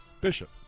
bishop